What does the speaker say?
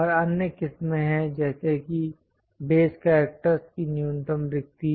और अन्य किस्में हैं जैसे कि बेस कैरक्टर्स की न्यूनतम रिक्ति